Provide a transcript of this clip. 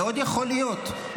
מאוד יכול להיות,